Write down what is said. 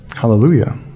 hallelujah